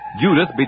Judith